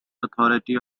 authority